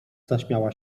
zaśmiała